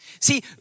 See